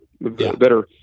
better